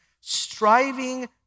striving